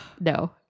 no